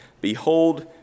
Behold